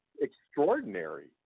extraordinary